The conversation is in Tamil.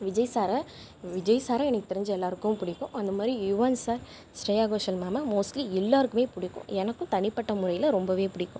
விஜய் சாரை விஜய் சாரை எனக்கு தெரிஞ்சு எல்லோருக்குமே பிடிக்கும் அந்த மாதிரி யுவன் சார் ஸ்ரேயா கோஷன் மேம்மை மோஸ்ட்லி எல்லோருக்குமே பிடிக்கும் எனக்கும் தனிபட்ட முறையில் ரொம்ப பிடிக்கும்